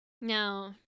no